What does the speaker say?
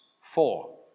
Four